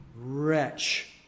wretch